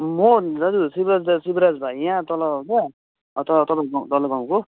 म दाजु शिवराज दाजु शिवराज भाइ यहाँ तल क्या तपाईँको तल गाउँको